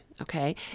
okay